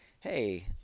Hey